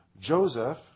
Joseph